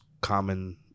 common